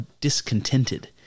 discontented